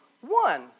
one